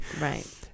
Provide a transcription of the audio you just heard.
Right